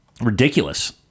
ridiculous